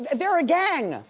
there again.